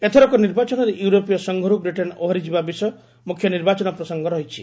ଏଥରକ ନିର୍ବାଚନରେ ୟୁରୋପୀୟ ସଂଘରୁ ବ୍ରିଟେନ୍ ଓହରିଯିବା ବିଷୟ ମୁଖ୍ୟ ନିର୍ବାଚନ ପ୍ରସଙ୍ଗ ରହିଛି